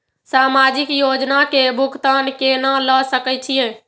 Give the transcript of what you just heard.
समाजिक योजना के भुगतान केना ल सके छिऐ?